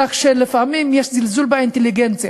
כך שלפעמים יש זלזול באינטליגנציה.